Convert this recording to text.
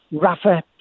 Rafa